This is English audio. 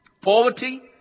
Poverty